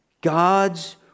God's